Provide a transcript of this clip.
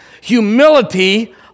humility